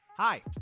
Hi